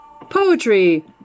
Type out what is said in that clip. Poetry